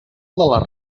les